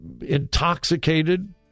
intoxicated